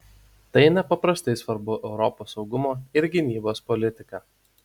tai nepaprastai svarbu europos saugumo ir gynybos politikai